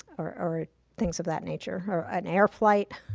or things of that nature, or an air flight.